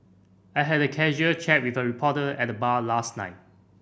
I had a casual chat with a reporter at the bar last night